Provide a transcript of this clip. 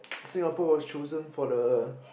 Singapore was chosen for the